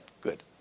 good